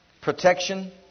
Protection